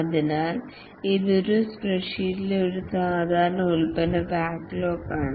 അതിനാൽ ഇത് ഒരു സ്പ്രെഡ്ഷീറ്റിലെ ഒരു സാധാരണ പ്രോഡക്ട് ബാക്ക്ലോഗാണ്